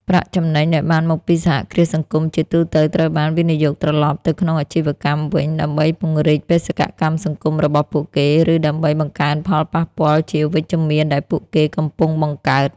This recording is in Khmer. ប្រាក់ចំណេញដែលបានមកពីសហគ្រាសសង្គម ជាទូទៅត្រូវបាន វិនិយោគត្រឡប់ ទៅក្នុងអាជីវកម្មវិញ ដើម្បីពង្រីកបេសកកម្មសង្គមរបស់ពួកគេ ឬដើម្បីបង្កើនផលប៉ះពាល់ជាវិជ្ជមានដែលពួកគេកំពុងបង្កើត។